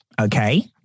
Okay